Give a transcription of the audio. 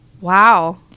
wow